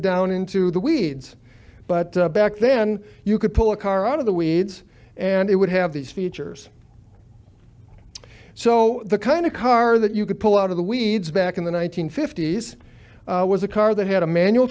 down into the weeds but back then you could pull a car out of the weeds and it would have these features so the kind of car that you could pull out of the weeds back in the one nine hundred fifty s was a car that had a manual